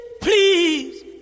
please